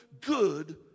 good